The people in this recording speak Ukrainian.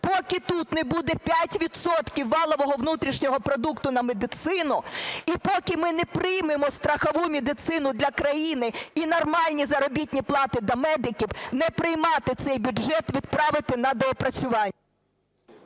поки тут не буде 5 відсотків валового внутрішнього продукту на медицину і поки ми не приймемо страхову медицину для країни і нормальні заробітні плати для медиків, не приймати цей бюджет, відправити на доопрацювання.